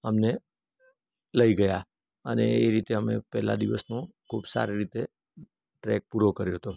અમને લઈ ગયા અને એ રીતે અમે પહેલાં દિવસનો ખૂબ સારી રીતે ટ્રેક પૂરો કર્યો હતો